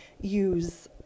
use